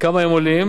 כמה הם עולים